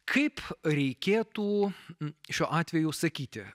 kaip reikėtų šiuo atveju sakyti